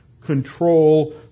control